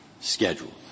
schedule